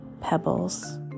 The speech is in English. pebbles